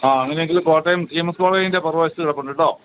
ആ അങ്ങനെയെങ്കില് Kottayam C M S കോളേജിന്റെ പുറകുവശത്ത് കിടപ്പുണ്ട് കേട്ടോ